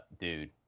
dude